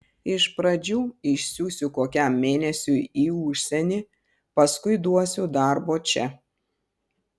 iš pradžių išsiųsiu kokiam mėnesiui į užsienį paskui duosiu darbo čia